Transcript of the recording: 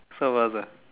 some of us ah